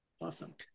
Awesome